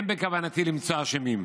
אין בכוונתי למצוא אשמים.